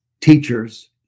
teachers